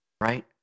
right